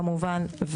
כמובן,